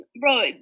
bro